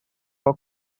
for